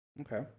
Okay